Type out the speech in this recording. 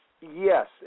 Yes